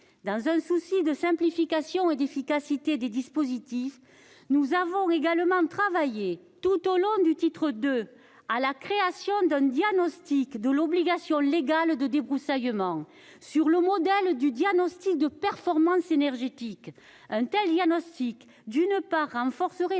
dans un souci de simplification et d'efficacité des dispositifs, nous avons souhaité, lorsque nous avons examiné le titre II de ce texte, la création d'un diagnostic des obligations légales de débroussaillement sur le modèle du diagnostic de performance énergétique. Un tel diagnostic, d'une part, renforcerait